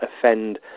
offend